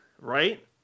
right